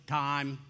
time